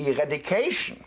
his education